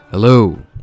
Hello